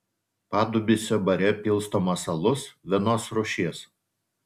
padubysio bare pilstomas alus vienos rūšies